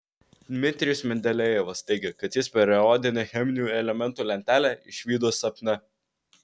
dmitrijus mendelejevas teigė kad jis periodinę cheminių elementų lentelę išvydo sapne